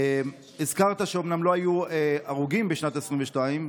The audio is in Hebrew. הזכרת שאומנם לא היו הרוגים בשנת 2022,